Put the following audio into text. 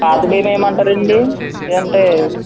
పాతబియ్యం వేయమంటారండి లేదంటే